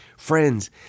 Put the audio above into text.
Friends